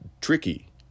tricky